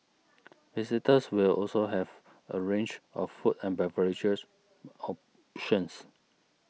visitors will also have a range of food and beverages options